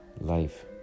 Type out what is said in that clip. Life